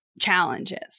challenges